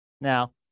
now